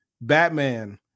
Batman